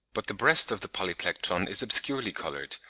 but the breast of the polyplectron is obscurely coloured,